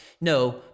No